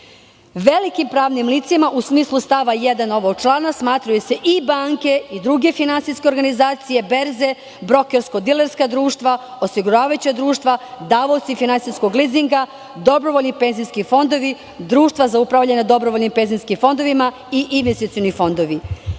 ponude. Velikim pravnim licima, u smislu stava 1. ovog člana smatraju se i banke i druge finansijske organizacije, berze, brokersko-dilerska društva, osiguravajuća društva, davaoci finansijskog lizinga, dobrovoljni penzijski fondovi, društva za upravljanje dobrovoljnim penzijskim fondovima i investicioni fondovi.